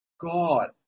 God